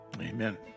Amen